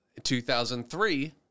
2003